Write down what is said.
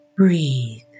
Breathe